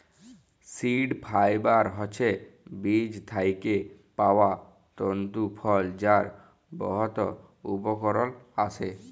seed fibre হছে বীজ থ্যাইকে পাউয়া তল্তু ফল যার বহুত উপকরল আসে